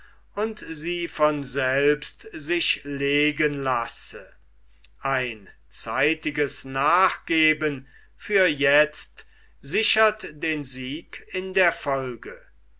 und sie von selbst sich legen lasse ein zeitiges nachgeben für jetzt sichert den sieg in der folge